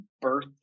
birth